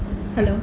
hello